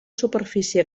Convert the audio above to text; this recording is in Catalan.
superfície